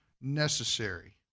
necessary